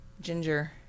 ginger